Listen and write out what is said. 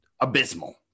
abysmal